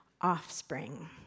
offspring